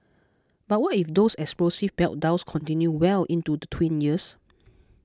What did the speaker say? but what if those explosive meltdowns continue well into the tween years